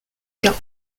cas